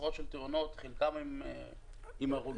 חלקם עם הרוגים.